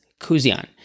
Kuzian